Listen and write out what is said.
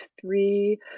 three